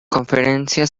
conferencia